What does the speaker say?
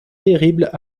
terribles